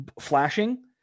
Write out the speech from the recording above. flashing